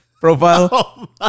profile